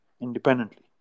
independently